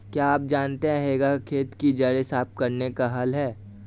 क्या आप जानते है हेंगा खेत की जड़ें साफ़ करने का हल है?